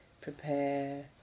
prepare